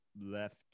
left